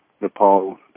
Nepal